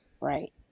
Right